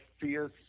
fierce